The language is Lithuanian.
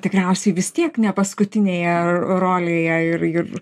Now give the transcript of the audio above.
tikriausiai vis tiek ne paskutinėje rolėje ir ir